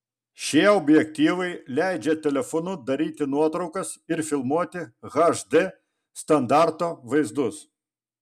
šie objektyvai leidžia telefonu daryti nuotraukas ir filmuoti hd standarto vaizdus